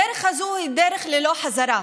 הדרך הזאת היא דרך ללא חזרה.